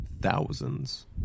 Thousands